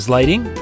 Lighting